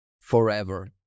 forever